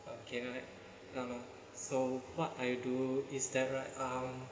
okay alright so what I do is that right